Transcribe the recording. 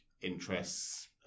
interests